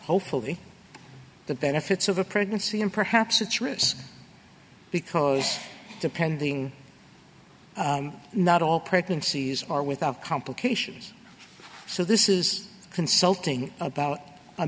hopefully the benefits of a pregnancy and perhaps it's risky because depending not all pregnancies are without complications so this is consulting about a